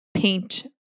paint